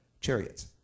chariots